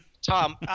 Tom